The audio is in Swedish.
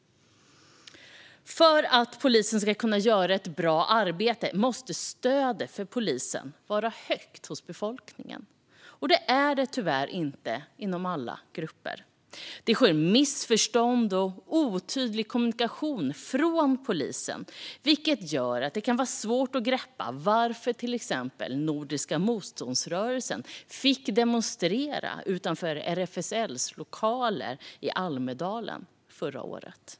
För att polisen ska kunna göra ett bra arbete måste stödet för polisen vara högt hos befolkningen. Det är det tyvärr inte inom alla grupper. Det sker missförstånd och otydlig kommunikation från polisen, vilket gör att det kan vara svårt att greppa varför till exempel Nordiska motståndsrörelsen fick demonstrera utanför RFSL:s lokaler i Almedalen förra året.